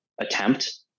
attempt